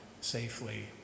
safely